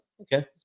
okay